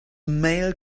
male